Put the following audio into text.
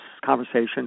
conversation